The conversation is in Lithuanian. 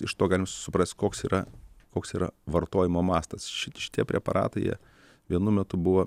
iš to galim suprast koks yra koks yra vartojimo mastas ši šitie preparatai jie vienu metu buvo